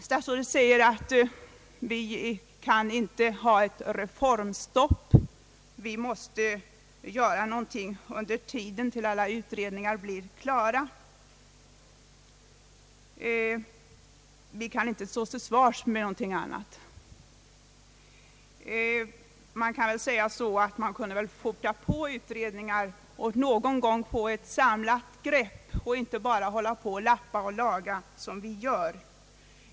Statsrådet säger också att vi inte kan ha ett reformstopp, att vi måste göra någonting under tiden tills dess alla utredningar blir klara, att vi inte kan stå till svars med någonting annat. Man kunde väl påskynda utredningarna och någon gång få ett samlat grepp och inte bara hålla på med att lappa och laga som vi gör.